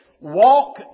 walk